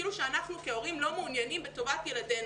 כאילו שאנחנו כהורים לא מעוניינים בטובת ילדינו,